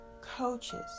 coaches